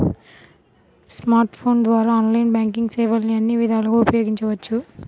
smart ఫోన్ల ద్వారా online banking సేవల్ని అన్ని విధాలుగా ఉపయోగించవచ్చు